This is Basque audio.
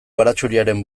baratxuriaren